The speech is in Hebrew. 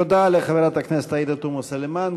תודה לחברת הכנסת עאידה תומא סלימאן.